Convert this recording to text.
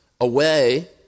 away